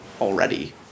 already